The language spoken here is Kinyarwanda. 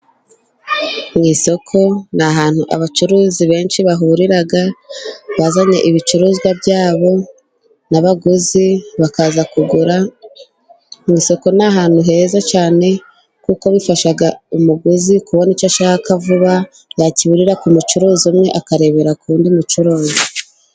Mu isoko ni ahantu, abacuruzi benshi bahurira bazanye ibicuruzwa byabo. N'abaguzi bakaza kugura mu isoko. Ni ahantu heza cyane, kuko bifasha umuguzi kubona icyo ashaka vuba, yakiburira ku mucuruzi umwe akarebera ku wundi mucuruzi.